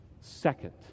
Second